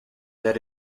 that